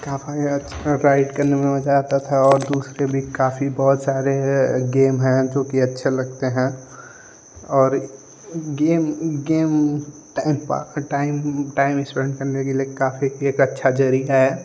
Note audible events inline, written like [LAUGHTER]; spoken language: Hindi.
[UNINTELLIGIBLE] राइड करने में मज़ा आता था और भी दूसरे भी काफ़ी हैं बहुत सारे गेम हैं जो कि अच्छे लगते हैं और गेम गेम टाइम पा टाइम स्पेन्ड करने के लिए काफ़ी एक अच्छा ज़रिया है